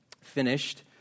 finished